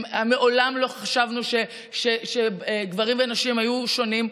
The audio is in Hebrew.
מעולם לא חשבנו שגברים ונשים היו שונים.